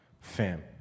Fam